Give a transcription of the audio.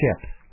chips